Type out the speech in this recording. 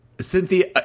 Cynthia